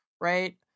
right